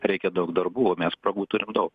reikia daug darbų mes spragų turim daug